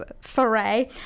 foray